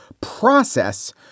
process